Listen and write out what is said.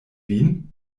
vin